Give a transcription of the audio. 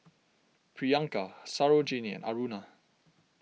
Priyanka Sarojini Aruna